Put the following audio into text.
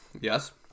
yes